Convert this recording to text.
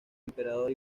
emperador